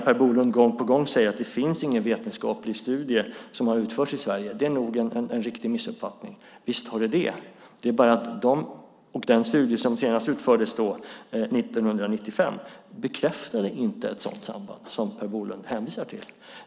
Per Bolund säger gång på gång att det inte finns någon vetenskaplig studie som har utförts i Sverige. Det är en missuppfattning. Visst finns det det! Den studie som senast utfördes, år 1995, bekräftade inte ett sådant samband som Per Bolund hänvisar till.